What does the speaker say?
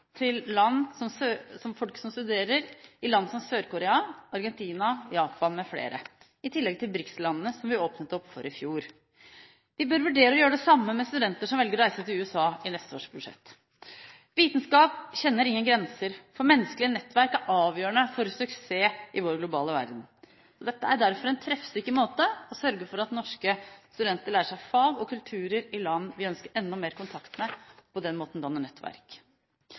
i land som Sør-Korea, Argentina, Japan m.fl., i tillegg til BRICS-landene, som vi åpnet opp for i fjor. Vi bør vurdere å gjøre det samme med studenter som velger å reise til USA i neste års budsjett. Vitenskap kjenner ingen grenser. Menneskelige nettverk er avgjørende for suksess i vår globale verden. Dette er derfor en treffsikker måte å sørge for at norske studenter lærer seg fag og kulturer i land vi ønsker enda mer kontakt med, og på den måten danner nettverk.